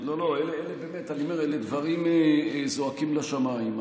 לא, לא, באמת, אלה דברים שזועקים לשמיים.